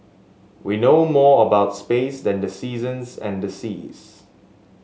we know more about space than the seasons and the seas